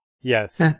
Yes